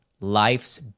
life's